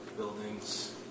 Buildings